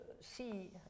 see